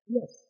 Yes